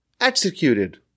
executed